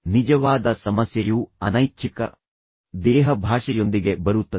ನಿಜವಾದ ಸಮಸ್ಯೆಯು ಅನೈಚ್ಛಿಕ ದೇಹಭಾಷೆಯೊಂದಿಗೆ ಬರುತ್ತದೆ